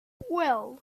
well